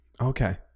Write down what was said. Okay